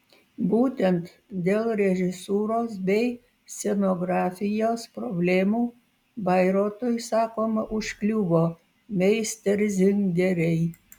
būtent dėl režisūros bei scenografijos problemų bairoitui sakoma užkliuvo meisterzingeriai